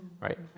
right